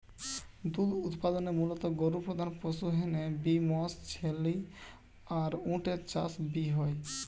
দুধ উতপাদনে মুলত গরু প্রধান পশু হ্যানে বি মশ, ছেলি আর উট এর চাষ বি হয়